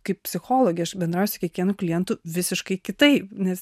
kaip psichologė aš bendrauju su kiekvienu klientu visiškai kitaip nes